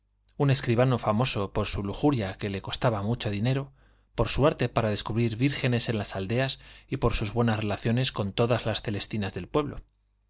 un escribano famoso por su lujuria que le costaba mucho dinero por su arte para descubrir vírgenes en las aldeas y por sus buenas relaciones con todas las celestinas del pueblo